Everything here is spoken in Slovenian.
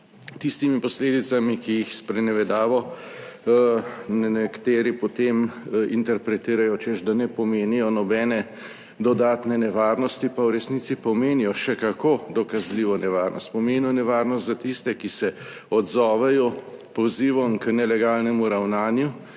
tistimi posledicami, ki jih sprenevedavo nekateri potem interpretirajo, češ, da ne pomenijo nobene dodatne nevarnosti, pa v resnici pomenijo še kako dokazljivo nevarnost. Pomenijo nevarnost za tiste, ki se odzovejo pozivom k nelegalnemu ravnanju